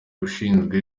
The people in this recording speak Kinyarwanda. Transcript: ushinzwe